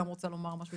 גם רוצה לומר משהו,